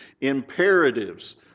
imperatives